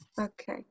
Okay